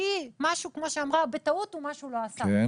כי בטעות הוא לא עשה משהו,